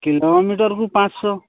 କିଲୋମିଟରକୁ ପାଞ୍ଚଶହ